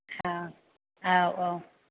औ औ औ